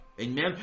Amen